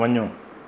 वञो